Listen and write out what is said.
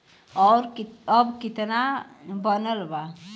और अब कितना बनल बा?